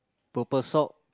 purple sock